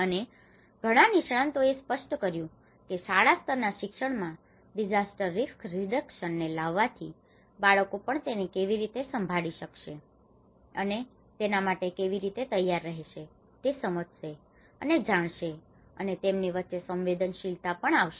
અને ઘણા નિષ્ણાતોએ તે પણ સ્પષ્ટ કર્યું છે કે શાળા સ્તરના શિક્ષણ માં ડિઝાસ્ટર રિસ્ક રીડક્સન ને લાવવાથી બાળકો પણ તેને કેવી રીતે સાંભળી શકશે અને તેના માટે કેવી રીતે તૈયાર રહેશે તે સમજસે અને જાણશે અને તમની વચ્ચે સંવેદનશીલતા પણ આવશે